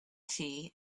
tea